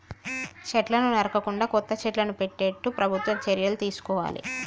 చెట్లను నరకకుండా కొత్త చెట్లను పెట్టేట్టు ప్రభుత్వం చర్యలు తీసుకోవాలి